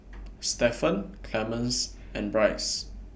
Stephen Clemens and Bryce